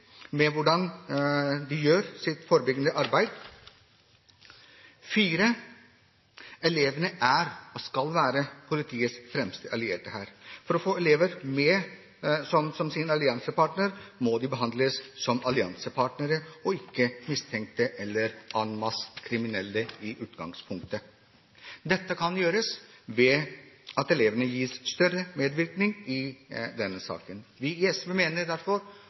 med hvordan de gjør sitt forebyggende arbeid. For det fjerde: Elevene er, og skal være, politiets fremste allierte her. For å få elever med som sine alliansepartnere må de behandles som alliansepartnere og ikke mistenkte eller kriminelle i utgangspunktet. Dette kan gjøres ved at elevene gis større medvirkning i denne saken. Vi i SV mener derfor